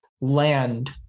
land